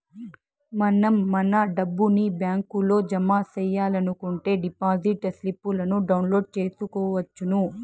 మనం మన డబ్బుని బ్యాంకులో జమ సెయ్యాలనుకుంటే డిపాజిట్ స్లిప్పులను డౌన్లోడ్ చేసుకొనవచ్చును